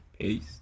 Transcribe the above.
Peace